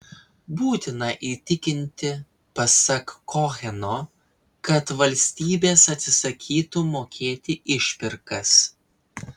būtina įtikinti pasak koheno kad valstybės atsisakytų mokėti išpirkas